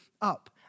up